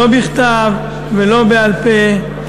לא בכתב ולא בעל-פה.